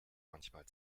manchmal